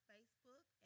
Facebook